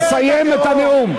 תסיים את הנאום.